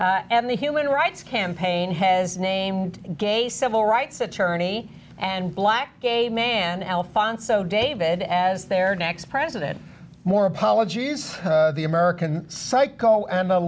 the human rights campaign has named gay civil rights attorney and black gay man alfonso david as their next president more apologies the american psycho and the